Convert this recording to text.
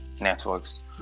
networks